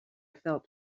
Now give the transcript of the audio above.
felt